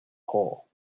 hole